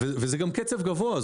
זה גם קצב גבוה.